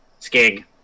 Skig